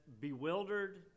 bewildered